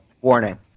warning